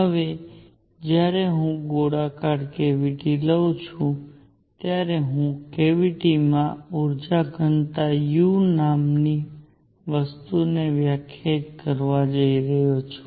હવે જ્યારે હું ગોળાકાર કેવીટી લઉં છું ત્યારે હું કેવીટીમાં ઊર્જાઘનતા u નામની વસ્તુને વ્યાખ્યાયિત કરવા જઈ રહ્યો છું